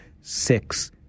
six